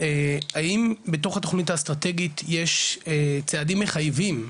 האם בתוך התכנית האסטרטגית, יש צעדים מחייבים,